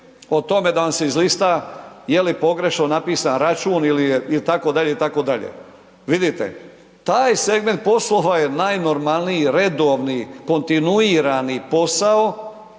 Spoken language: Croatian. o tome da vam se izlista je li pogrešno napisan račun ili je, itd., itd. Vidite, taj segment poslova je najnormalniji redovni, kontinuirani posao